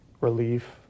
relief